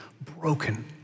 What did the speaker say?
broken